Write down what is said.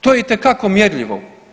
To je itekako mjerljivo.